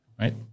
right